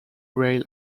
rail